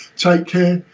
take care,